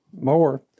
more